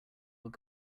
were